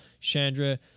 Chandra